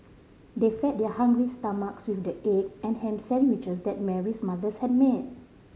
they fed their hungry stomachs with the egg and ham sandwiches that Mary's mothers had made